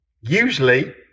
Usually